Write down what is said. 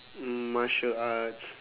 mm martial arts